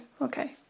okay